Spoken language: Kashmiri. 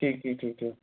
ٹھیٖک ٹھیٖک ٹھیٖک ٹھیٖک